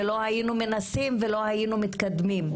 לא היינו מנסים ולא היינו מתקדמים.